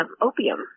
opium